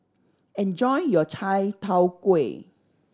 enjoy your chai tow kway